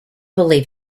believe